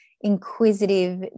inquisitive